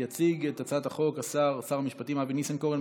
יציג את הצעת החוק שר המשפטים אבי ניסנקורן,